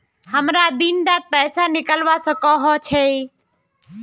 हमरा दिन डात पैसा निकलवा सकोही छै?